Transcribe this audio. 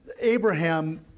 Abraham